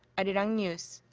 and arirang news.